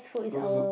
go Zouk